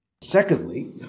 Secondly